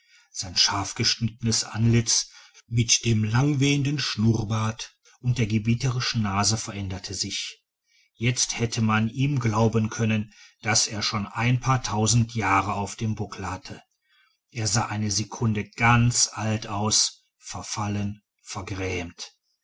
sein scharfgeschnittenes antlitz mit dem langwehenden schnurrbart und der gebieterischen nase veränderte sich jetzt hätte man ihm glauben können daß er schon ein paar tausend jahre auf dem buckel hatte er sah eine sekunde ganz alt aus verfallen vergrämt